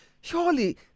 Surely